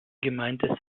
gemeinde